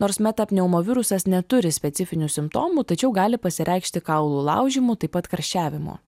nors meta pneumo virusas neturi specifinių simptomų tačiau gali pasireikšti kaulų laužymu taip pat karščiavimu